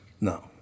No